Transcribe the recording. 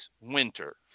winter